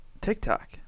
TikTok